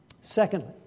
Secondly